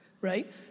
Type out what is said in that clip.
right